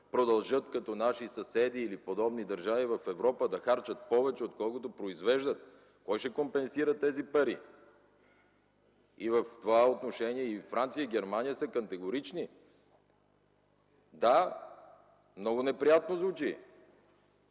продължат като наши съседи или подобни държави в Европа да харчат повече, отколкото произвеждат, кой ще компенсира тези пари? В това отношение и Франция, и Германия са категорични. Да, много неприятно звучи.